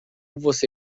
você